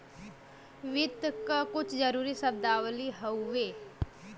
वित्त क कुछ जरूरी शब्दावली हउवे